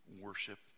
worship